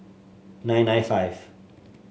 nine nine five